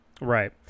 right